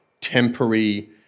temporary